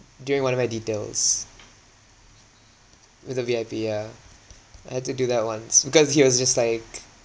during one of my details with a V_I_P ya I had to do that once because he was just like